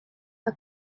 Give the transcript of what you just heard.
are